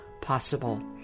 possible